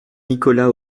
nicolas